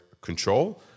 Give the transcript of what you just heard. control